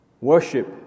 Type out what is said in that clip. worship